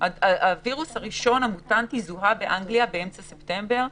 הווירוס המוטנטי הראשון זוהה באנגליה באמצע ספטמבר,